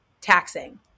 taxing